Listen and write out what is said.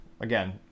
again